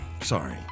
Sorry